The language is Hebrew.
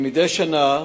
כמדי שנה